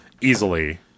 easily